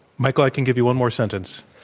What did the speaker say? michael, i can give you one more sentence.